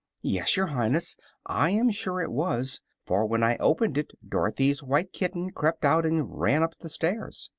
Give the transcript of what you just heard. yes, your highness i am sure it was for when i opened it dorothy's white kitten crept out and ran up the stairs.